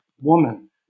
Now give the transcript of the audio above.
woman